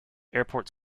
airport